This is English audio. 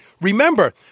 remember